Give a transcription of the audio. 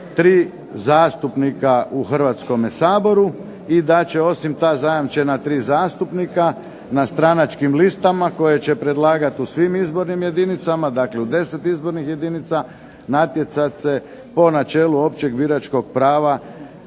3 zastupnika u Hrvatskome saboru. I da će osim ta zajamčena 3 zastupnika na stranačkim listama koje će predlagati u svim izbornim jedinicama, dakle u 10 izbornih jedinica, natjecat se po načelu općeg biračkog prava